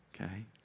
okay